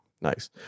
nice